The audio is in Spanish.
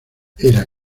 era